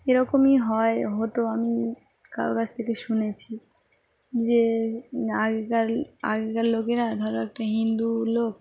এরকমই হয় হতো আমি কারো কাছ থেকে শুনেছি যে আগেকার আগেকার লোকেরা ধরো একটা হিন্দু লোক